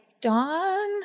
Dawn